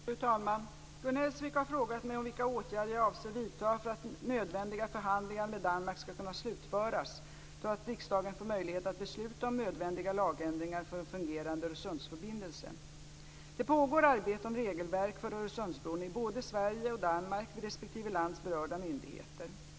Fru talman! Gun Hellsvik har frågat mig om vilka åtgärder jag avser vidta för att nödvändiga förhandlingar med Danmark skall kunna slutföras så att riksdagen får möjlighet att besluta om nödvändiga lagändringar för en fungerande Öresundsförbindelse. Det pågår arbete om regelverk för Öresundsbron i både Sverige och Danmark vid respektive lands berörda myndigheter.